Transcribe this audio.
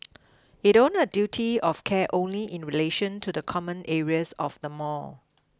it owned a duty of care only in relation to the common areas of the mall